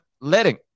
letting